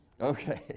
Okay